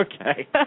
Okay